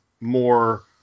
more